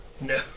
No